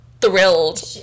thrilled